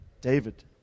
David